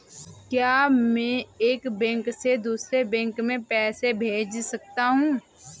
क्या मैं एक बैंक से दूसरे बैंक में पैसे भेज सकता हूँ?